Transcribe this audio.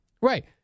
Right